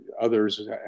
others